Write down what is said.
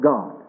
God